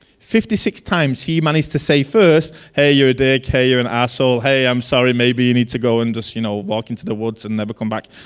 fifty six times he managed to say first hey you're dick, hey you're an asshole, hey i'm sorry maybe you need to go and so you know walk into the woods and never come back.